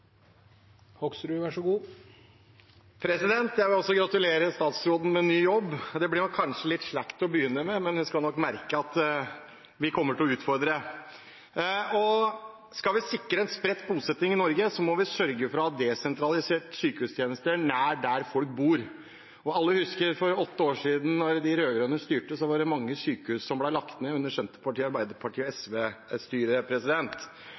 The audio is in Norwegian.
Jeg vil også gratulere statsråden med ny jobb. Det blir kanskje litt slakk til å begynne med, men hun skal nok merke at vi kommer til å utfordre henne. Skal vi sikre spredt bosetting i Norge, må vi sørge for å ha desentraliserte sykehustjenester nær der folk bor, og alle husker for åtte år siden da de rød-grønne styrte – da var det mange sykehus som ble lagt ned under Senterpartiet, Arbeiderpartiet og